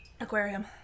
aquarium